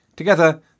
Together